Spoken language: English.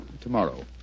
tomorrow